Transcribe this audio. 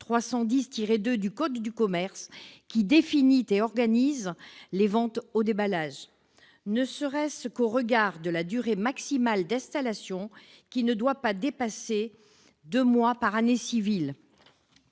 310-2 du code de commerce, qui définit et organise les ventes au déballage. Ne serait-ce qu'au regard de la durée maximale d'installation, qui ne doit pas dépasser deux mois par année civile.